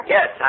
Yes